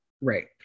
Right